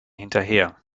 hinterher